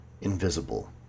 invisible